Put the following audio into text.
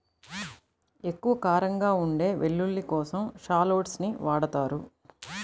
ఎక్కువ కారంగా ఉండే వెల్లుల్లి కోసం షాలోట్స్ ని వాడతారు